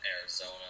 Arizona